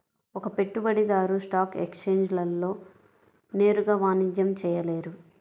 ఒక పెట్టుబడిదారు స్టాక్ ఎక్స్ఛేంజ్లలో నేరుగా వాణిజ్యం చేయలేరు